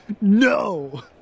No